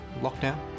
lockdown